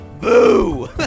Boo